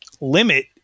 limit